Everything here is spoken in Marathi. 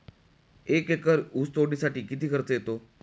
एक एकर ऊस तोडणीसाठी किती खर्च येतो?